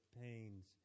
pains